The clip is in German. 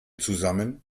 zusammen